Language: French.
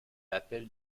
l’appel